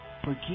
Forgive